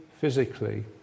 physically